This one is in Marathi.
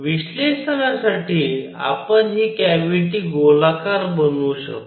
विश्लेषणासाठी आपण ही कॅव्हिटी गोलाकार बनवू शकतो